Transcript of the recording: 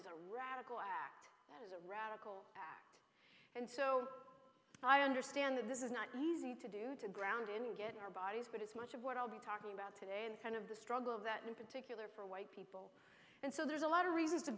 as a radical act as a radical and so i understand that this is not easy to do to ground and get our bodies but it's much of what i'll be talking about today in front of the struggle that in particular for white people and so there's a lot of reasons t